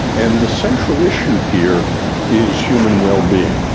and the central issue here is human wellbeing.